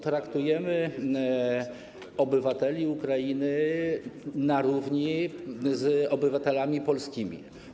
Traktujemy obywateli Ukrainy na równi z obywatelami polskimi.